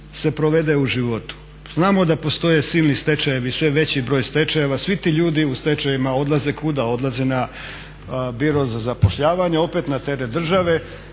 se provede u životu. Znamo da postoje silni stečajevi i sve veći broj stečajeva, svi ti ljudi u stečajevima odlaze kuda, odlaze na biro za zapošljavanje opet na teret države.